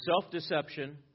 self-deception